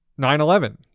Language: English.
9-11